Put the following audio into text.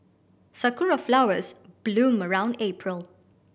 sakura flowers bloom around April